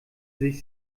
sich